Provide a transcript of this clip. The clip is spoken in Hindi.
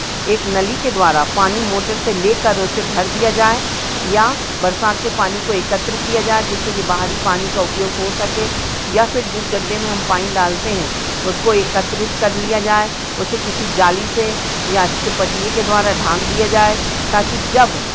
एक नली के द्वारा पानी मोटर से लेकर उसे भर दिया जाय या बरसात के पानी को एकत्रित किया जाय जिससे कि बाहरी पानी का उपयोग हो सके या फिर हम जिस गड्ढे में हम पानी डालते हैं उसको एकत्रित कर लिया जाय उसे किसी जाली से या छिपटिए के द्वारा ढाँक दिया जाय ताकि जब